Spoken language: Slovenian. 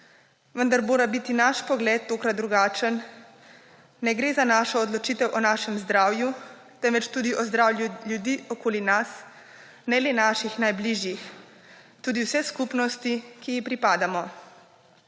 vendar mora biti naš pogled tokrat drugačen. Ne gre za našo odločitev o našem zdravju, temveč tudi o zdravju ljudi okoli nas, ne le naših najbližjih, tudi vse skupnosti, ki ji pripadamo.